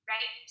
Right